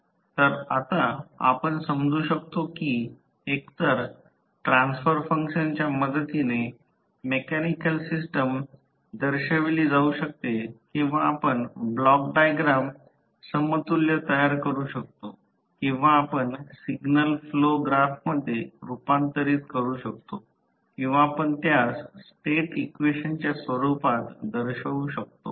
तर आता आपण समजू शकतो की एकतर ट्रान्सफर फंक्शनच्या मदतीने मेकॅनिकल सिस्टम दर्शवली जाऊ शकते किंवा आपण ब्लॉक डायग्राम समतुल्य तयार करू शकतो किंवा आपण सिग्नल फ्लो ग्राफमध्ये रूपांतरित करू शकतो किंवा आपण त्यास स्टेट इक्वेशनच्या स्वरूपात दर्शवु शकतो